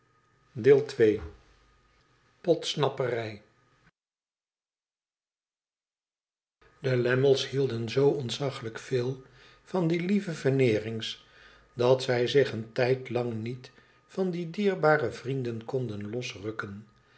de lammies hielden zoo ontzaglijk veel van die lieve veneerings dat zij zich een tijdlang niet van die dierbare vrienden konden losrukken